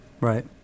Right